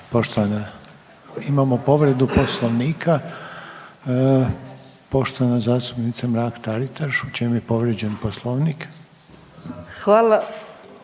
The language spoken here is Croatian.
Poštovana… Imamo povredu Poslovnika, poštovana zastupnica Mrak-Taritaš, u čemu je povrijeđen Poslovnik?